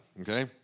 Okay